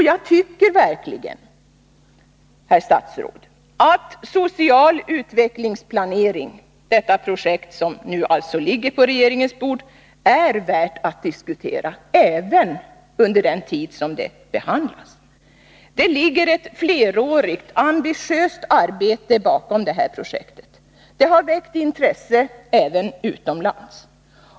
Jag tycker verkligen, herr statsråd, att projektet social utvecklingsplanering — det projekt som nu alltså ligger på regeringens bord — är värt att diskutera, även under den tid frågan behandlas. Det ligger ett flerårigt, ambitiöst arbete bakom projektet. Det har väckt intresse även utomlands.